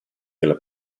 della